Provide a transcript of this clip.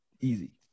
Easy